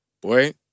boy